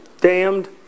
damned